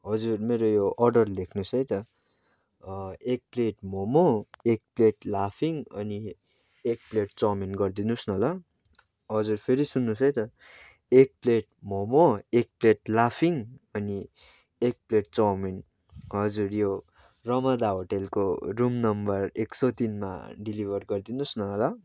हजुर मेरो यो अर्डर लेख्नुहोस् है त एक प्लेट मोमो एक प्लेट लाफिङ अनि एक प्लेट चौमिन गरिदिनुहोस् न ल हजुर फेरी सुन्नुहोस् है त एक प्लेट मोमो एक प्लेट लाफिङ अनि एक प्लेट चौमिन हजुर यो रमादा होटेलको रुम नम्बर एक सय तिनमा डेलिभर गरिदिनुहोस् न ल